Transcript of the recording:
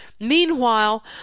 Meanwhile